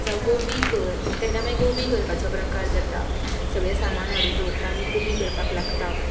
जावं गोबी कर तेन्ना मागीर गोबी करपाचो प्रकार जाता सगळें सामान हाडून दवरता आनी गोबी करपाक लागतां